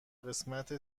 قسمت